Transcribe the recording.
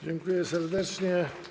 Dziękuję serdecznie.